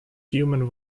human